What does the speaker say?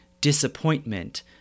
disappointment